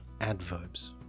adverbs